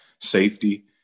safety